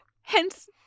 Hence